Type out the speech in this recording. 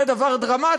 זה דבר דרמטי,